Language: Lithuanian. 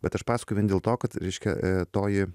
bet aš pasakoju vien dėl to kad reiškia toji